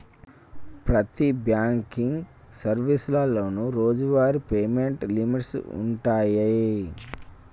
ప్రతి బాంకింగ్ సర్వీసులోనూ రోజువారీ పేమెంట్ లిమిట్స్ వుంటయ్యి